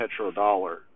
petrodollar